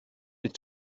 bydd